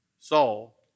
Saul